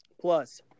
plus